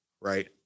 right